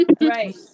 right